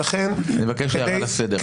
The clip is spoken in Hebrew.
אני מבקש הערה לסדר.